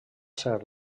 ser